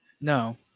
No